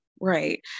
Right